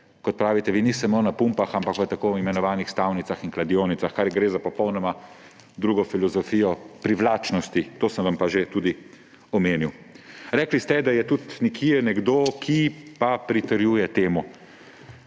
kot pravite vi, ne samo na pumpah, ampak v tako imenovanih stavnicah in kladionicah, pri čemer gre za popolnoma drugo filozofijo privlačnosti, to sem vam pa tudi že omenil. Rekli ste, da je tudi nekje nekdo, ki pa pritrjuje temu.